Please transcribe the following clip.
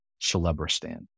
Celebristan